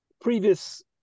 previous